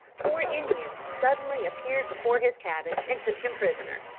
four indians suddenly appeared before his cabin and took him prisoner.